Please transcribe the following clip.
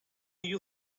you